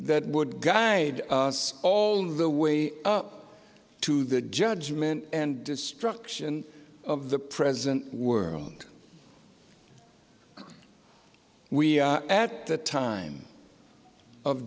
that would guide us all the way up to the judgment and destruction of the present world we at the time of